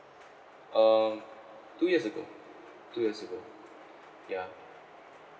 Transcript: um two years ago two years ago ya